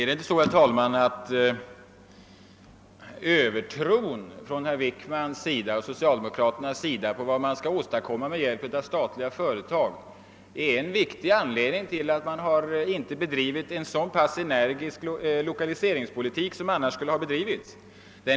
Herr talman! Är det inte så, herr talman, att socialdemokraternas och herr Wickmans övertro på vad man skulle kunna åstadkomma med hjälp av statliga företag är en viktig anledning till att man inte bedrivit en så pass energisk lokaliseringspolitik som annars skulle ha varit fallet.